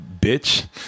bitch